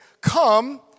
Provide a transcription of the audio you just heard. come